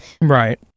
right